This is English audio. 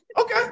okay